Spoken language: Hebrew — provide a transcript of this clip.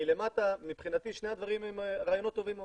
מלמטה מבחינתי שני הדברים הם רעיונות טובים מאוד.